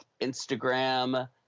Instagram